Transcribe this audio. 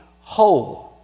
whole